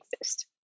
exist